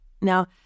Now